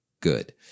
good